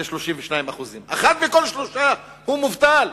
זה 32% אחד מכל שלושה הוא מובטל,